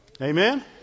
Amen